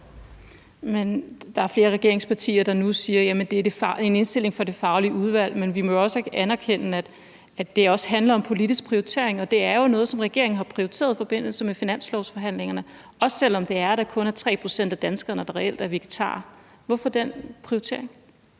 Der er flere regeringspartier, der nu siger, at det er en indstilling fra det faglige udvalg. Men vi må jo anerkende, at det også handler om politiske prioriteringer. Og det er jo noget, som regeringen har prioriteret i forbindelse med finanslovsforhandlingerne, også selv om det kun er 3 pct. af danskerne, der reelt er vegetarer. Hvorfor har man lavet den prioritering?